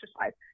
exercise